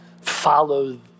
follow